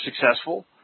successful